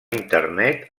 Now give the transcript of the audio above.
internet